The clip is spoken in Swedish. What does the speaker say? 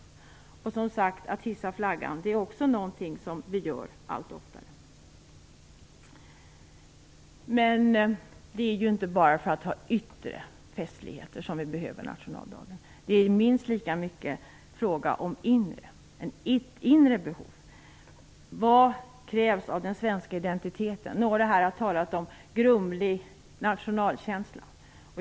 Och som sagt - att hissa flaggan är också något vi gör allt oftare. Men det är ju inte bara för de yttre festligheternas skull som vi behöver nationaldagen. Det är minst lika mycket fråga om ett inre behov. Vad krävs av den svenska identiteten? Några här har talat om en "grumlig nationalkänsla".